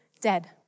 dead